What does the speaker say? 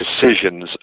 decisions